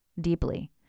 deeply